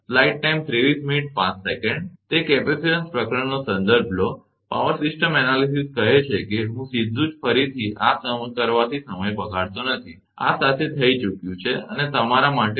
તે કેપેસિટીન્સ પ્રકરણનો સંદર્ભ લો પાવર સિસ્ટમ એનાલીસીસ કહે છે કે હું સીધુ જ ફરીથી આ કરવાથી સમય બગાડતો નથી આ સાથે થઈ ચૂક્યું છે અને તમારા માટે ઉપલબ્ધ છે